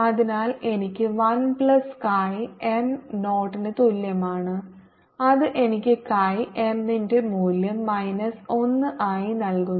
അതിനാൽ എനിക്ക് 1 plus Chi M 0 ന് തുല്യമാണ് അത് എനിക്ക് Chi എമ്മിന്റെ മൂല്യം മൈനസ് 1 ആയി നൽകുന്നു